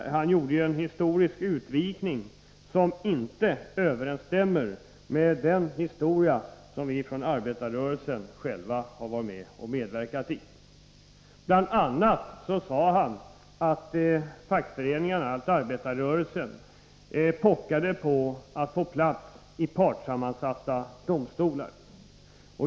Han gjorde en historisk utvikning som inte överensstämde med den historiska verklighet som vi från arbetarrörelsen själva har medverkat i. Bl. a. sade han att arbetarrörelsen ”pockat på” att få plats i partssammansatta domstolar.